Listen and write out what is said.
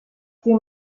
sie